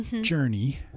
journey